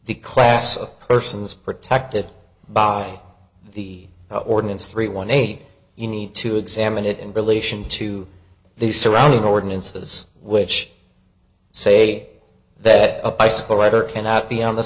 the class of persons protected by the ordinance three one eight you need to examine it in relation to the surrounding ordinances which say that a bicycle rider cannot be on the